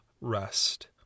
rest